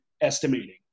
estimating